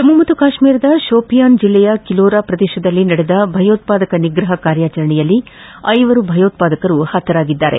ಜಮ್ಮ ಮತ್ತು ಕಾಶ್ಮೀರದ ಶೋಪಿಯಾನ್ ಜಿಲ್ಲೆಯ ಕಿಲೋರ ಪ್ರದೇಶದಲ್ಲಿ ನಡೆದ ಭಯೋತ್ಪಾದಕ ನಿಗ್ರಹ ಕಾರ್ಯಾಚರಣೆಯಲ್ಲಿ ಐವರು ಭಯೋತ್ವಾದಕರು ಹತರಾಗಿದ್ದಾರೆ